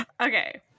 Okay